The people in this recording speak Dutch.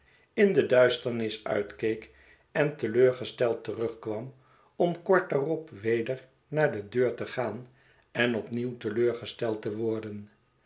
in de duisternis uitkeek en te leur gesteld terugkwam om kort daarop weder naar de deur te gaan en opnieuw te leur gesteld te worden